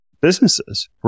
businesses